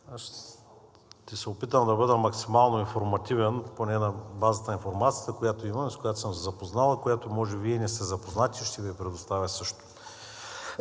Аз ще се опитам да бъда максимално информативен поне на базата на информацията, която имаме, с която съм се запознал, а с която може би Вие не сте запознати, ще Ви я предоставя също.